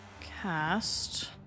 cast